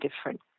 different